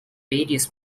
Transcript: various